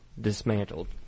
dismantled